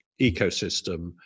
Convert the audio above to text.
ecosystem